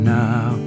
now